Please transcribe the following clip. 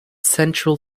central